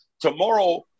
tomorrow